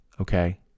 Okay